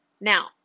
Now